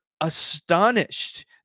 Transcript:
astonished